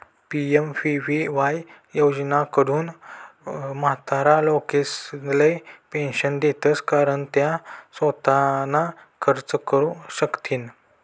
PMVVY योजनाकडथून म्हातारा लोकेसले पेंशन देतंस कारण त्या सोताना खर्च करू शकथीन